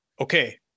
okay